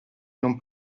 non